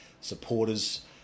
supporters